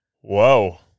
Whoa